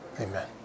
Amen